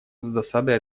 досадой